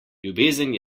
ljubezen